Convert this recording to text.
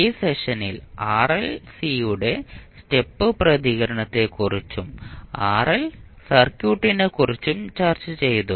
ഈ സെഷനിൽ ആർസിയുടെ സ്റ്റെപ്പ് പ്രതികരണത്തെക്കുറിച്ചും ആർഎൽ സർക്യൂട്ടിനെക്കുറിച്ചും ചർച്ചചെയ്തു